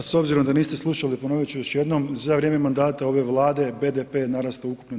A s obzirom da niste slušali, ponoviti ću još jednom, za vrijeme mandata ove Vlade, BDP je narastao ukupno 9,5%